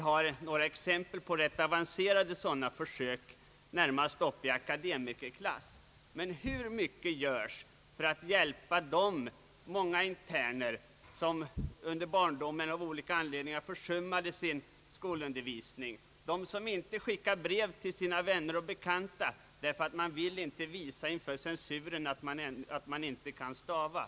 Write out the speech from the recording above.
Det finns exempel på rätt avancerade försök i det avseendet, närmast av akademikerklass. Men hur mycket görs för att hjälpa de många interner som under barndomen av olika anledningar försummade sin skolundervisning? För att hjälpa dem som inte skickar brev till sina vänner och bekanta därför att de inte vill inför censuren visa att de inte kan stava?